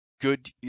good